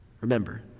Remember